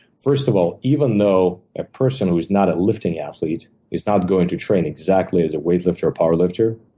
first of all, even though a person who's not a lifting athlete is not going to train exactly as a weightlifter or power lifter,